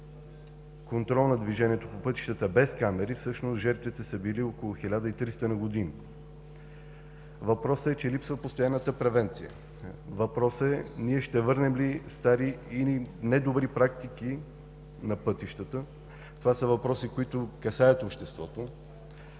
контрол на движението по пътищата без камери, всъщност жертвите са били около 1300 на година. Въпросът е, че липсва постоянната превенция. Въпросът е ние ще върнем ли стари или недобри практики на пътищата. Това са въпроси, които касаят обществото.